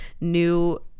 new